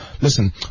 listen